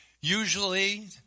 Usually